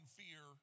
fear